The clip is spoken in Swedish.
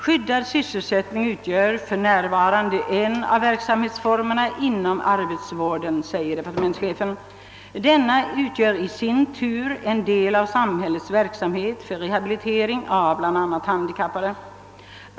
Skyddad sysselsättning utgör för närvarande en av verksamhetsformerna inom arbetsvården, säger departementschefen. Denna utgör i sin tur en del av samhällets verksamhet för rehabili tering av bl.a. handikappade.